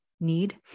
need